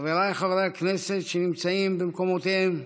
חבריי חברי הכנסת שנמצאים במקומותיהם,